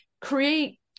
create